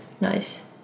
nice